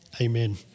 amen